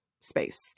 space